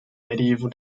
medieval